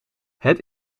het